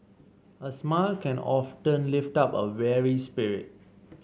a smile can often lift up a weary spirit